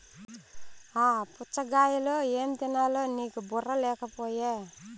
ఆ పుచ్ఛగాయలో ఏం తినాలో నీకు బుర్ర లేకపోయె